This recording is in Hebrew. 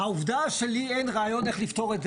העובדה שלי אין רעיון איך לפתור את זה,